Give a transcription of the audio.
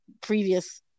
previous